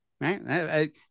right